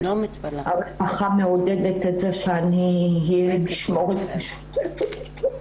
הרווחה מעודדת את זה שאני אהיה במשמורת משותפת איתו.